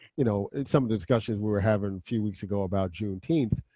you know some of the discussions we were having a few weeks ago about juneteenth,